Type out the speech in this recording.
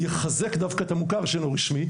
יחזק דווקא את המוכר שאינו רשמי.